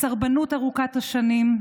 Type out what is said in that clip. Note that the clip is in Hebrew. הסרבנות ארוכת השנים,